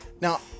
Now